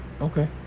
Okay